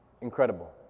Incredible